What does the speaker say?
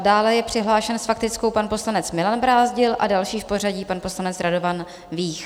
Dále je přihlášen s faktickou pan poslanec Milan Brázdil a další v pořadí pan poslanec Radovan Vích.